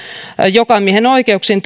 jokamiehenoikeuksiin